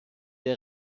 der